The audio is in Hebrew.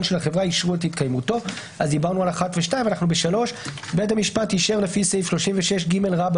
של החברה אישרו את התקיימותו: בית המשפט אישר לפי סעיף 36ג(ב)